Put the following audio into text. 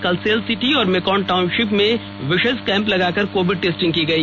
कल सेल सिटी और मेकॉन टाऊनशिप में विशेष कैम्प लगाकर कोविड टेस्टिंग की गई